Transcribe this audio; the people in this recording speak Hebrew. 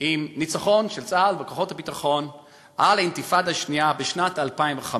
עם ניצחון צה"ל וכוחות הביטחון על האינתיפאדה השנייה בשנת 2005,